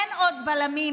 אין עוד בלמים